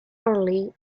early